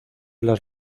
las